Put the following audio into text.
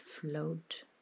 float